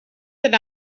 that